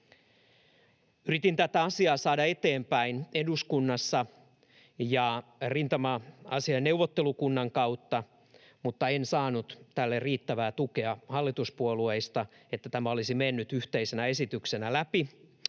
Yritin tätä asiaa saada eteenpäin eduskunnassa ja rintama-asiain neuvottelukunnan kautta, mutta en saanut tälle riittävää tukea hallituspuolueista, että tämä olisi mennyt yhteisenä esityksenä läpi,